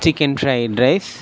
chicken fried rice